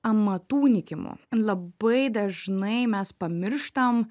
amatų nykimu labai dažnai mes pamirštam